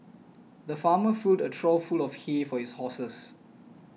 the farmer filled a trough full of hay for his horses